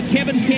Kevin